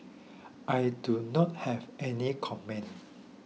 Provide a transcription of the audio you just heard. I do not have any comment